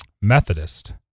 Methodist